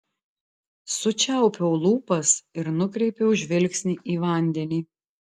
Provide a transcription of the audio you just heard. sučiaupiau lūpas ir nukreipiau žvilgsnį į vandenį